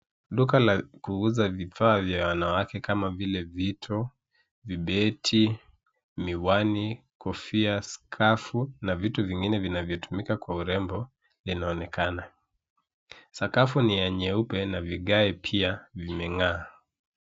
Duka la kuuza vifaa vya wanawake kama vile vito, vibeti, miwani, kofia, skafu, na vitu vingine vinavyotumika kwa urembo, vinaonekana. Sakafu ni ya nyeupe na vigae pia, vimeng'aa.